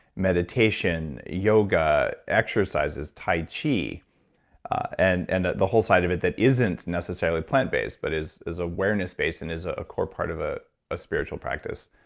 meditation, yoga exercises, tai chi and and the whole side of it that isn't necessarily plant based, but is is awareness based and is ah a core part of ah a spiritual practice.